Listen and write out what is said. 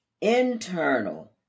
internal